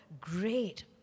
Great